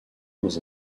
dans